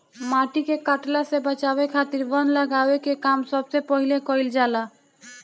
माटी के कटला से बचावे खातिर वन लगावे के काम सबसे पहिले कईल जाला